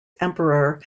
emperor